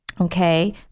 Okay